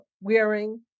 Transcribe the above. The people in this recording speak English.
wearing